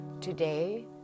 Today